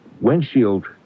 windshield